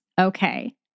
okay